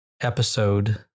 episode